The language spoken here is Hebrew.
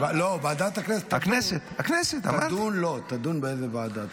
לא, ועדת הכנסת תדון באיזו ועדה.